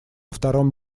втором